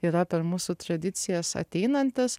yra per mūsų tradicijas ateinantis